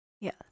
Yes